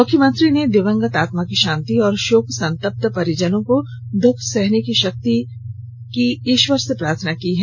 मुख्यमंत्री ने दिवंगत आत्मा की शांति और शोक संतप्त परिजनों को यह दुःख सहने की शक्ति देने की ईश्वर से प्रार्थना की है